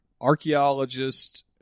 archaeologists